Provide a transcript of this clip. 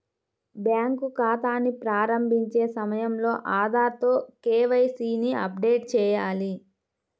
bank ఖాతాని ప్రారంభించే సమయంలో ఆధార్ తో కే.వై.సీ ని అప్డేట్ చేయాలి